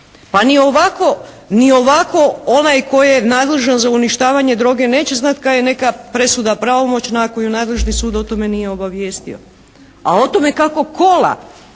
Pa ni ovako onaj tko je nadležan za uništavanje droge neće znati kad je neka presuda pravomoćna ako ju nadležni sud o tome nije obavijestio. A o tome kako kolaju